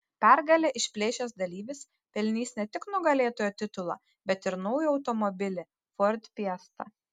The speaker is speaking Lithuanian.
pergalę išplėšęs dalyvis pelnys ne tik nugalėtojo titulą bet ir naują automobilį ford fiesta